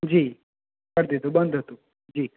જી કરી દીધું બંધ હતું જી